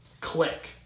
click